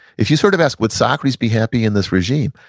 if you sort of ask would socrates be happy in this regime?